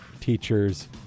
teachers